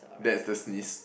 that's the sneeze